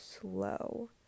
slow